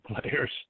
players